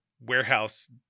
warehouse